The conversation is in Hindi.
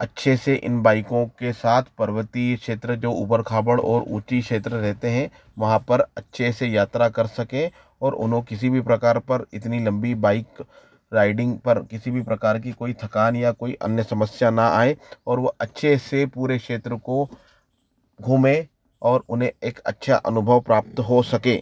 अच्छे से इन बाइकों के साथ पर्वतीय क्षेत्र जो ऊबर खाबड़ ओर ऊँची क्षेत्र रहते हैं वहाँ पर अच्छे से यात्रा कर सके और उन्हें किसी भी प्रकार पर इतनी लंबी बाइक राइडिंग पर किसी भी प्रकार की कोई थकान या कोई अन्य समस्या ना आए और वो अच्छे से पूरे क्षेत्र को घूमे और उन्हें एक अच्छा अनुभव प्राप्त हो सके